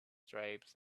stripes